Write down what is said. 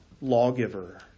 lawgiver